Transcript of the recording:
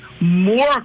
more